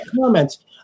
comments